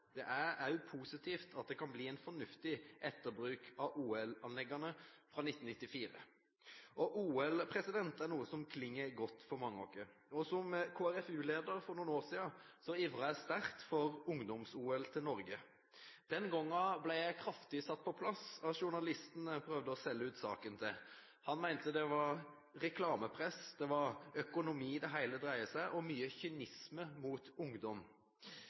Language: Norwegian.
Det er også positivt at det kan bli en fornuftig etterbruk av OL-anleggene fra 1994. OL er noe som klinger godt for mange av oss. Som KrFU-leder for noen år siden ivret jeg sterkt for ungdoms-OL til Norge. Den gangen ble jeg satt kraftig på plass av journalisten jeg prøvde å selge inn saken til. Han mente det var reklamepress, at det var økonomi det hele dreide seg om, og at det var mye kynisme mot ungdom.